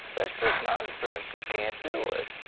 that's just nonsense. you can't do it.